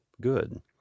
good